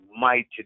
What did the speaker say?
mighty